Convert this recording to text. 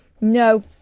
No